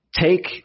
Take